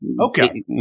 Okay